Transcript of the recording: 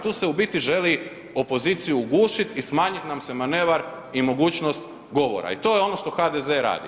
Tu se u biti želi opoziciju ugušit i smanjit nam se manevar i mogućnost govora i to je ono što HDZ radi.